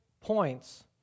points